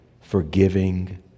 forgiving